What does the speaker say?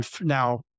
now